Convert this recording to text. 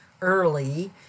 early